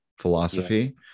Philosophy